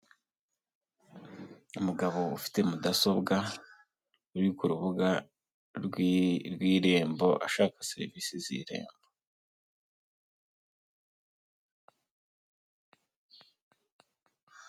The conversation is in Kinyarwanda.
Umugabo ufite mudasobwa, uri ku rubuga rw'irembo, ashaka serivise z'irembo.